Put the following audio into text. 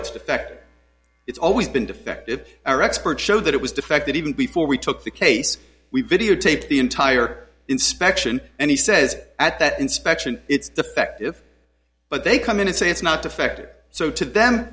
it's defect it's always been defective or expert showed that it was defect that even before we took the case we videotaped the entire inspection and he says at that inspection it's defective but they come in and say it's not defective so to them